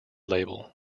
label